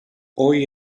hoy